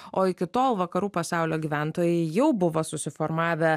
o iki tol vakarų pasaulio gyventojai jau buvo susiformavę